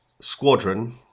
squadron